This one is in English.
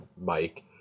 Mike